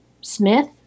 Smith